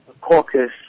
caucus